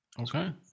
Okay